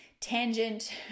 tangent